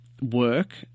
work